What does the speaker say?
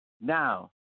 Now